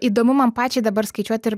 įdomu man pačiai dabar skaičiuot ir